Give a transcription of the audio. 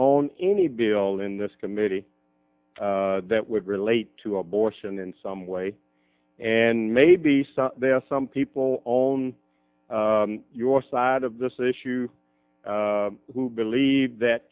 on any bill in this committee that would relate to abortion in some way and maybe there are some people on your side of this issue who believe that